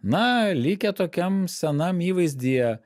na likę tokiam senam įvaizdyje